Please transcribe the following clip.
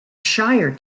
shire